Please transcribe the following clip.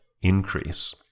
increase